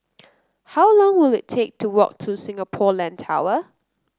how long will it take to walk to Singapore Land Tower